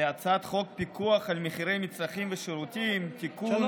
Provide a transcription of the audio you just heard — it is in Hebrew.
על הצעת חוק פיקוח על מחירי מצרכים ושירותים (תיקון